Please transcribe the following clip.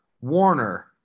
Warner